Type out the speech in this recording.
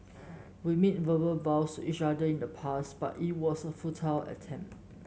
we made verbal vows to each other in the past but it was a futile attempt